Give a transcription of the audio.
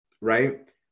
right